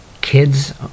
Kids